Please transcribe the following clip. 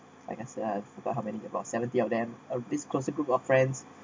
I guess forgot how many about seventy of them a this closer group of friends